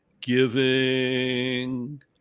giving